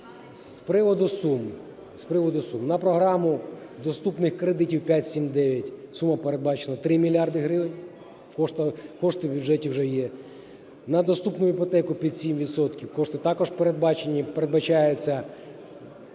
З приводу сум. На програму "Доступні кредити 5-7-9" сума передбачена 3 мільярди гривень, кошти в бюджеті вже є. На доступну іпотеку під 7 відсотків кошти також передбачаються.